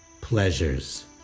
Pleasures